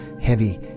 heavy